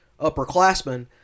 upperclassmen